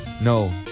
No